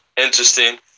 Interesting